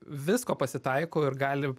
visko pasitaiko ir gali